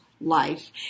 life